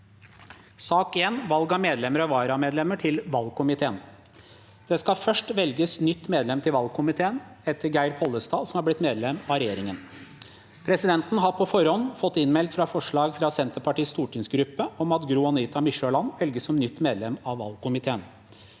Valg av medlemmer og varamedlemmer til valgko- miteen Presidenten Det skal først velges nytt medlem til valgkomiteen etter Geir Pollestad, som er blitt medlem av regjeringen. Presidenten har på forhånd fått innmeldt forslag fra Senterpartiets stortingsgruppe om at Gro-Anita Mykjåland velges som nytt medlem i valgkomiteen.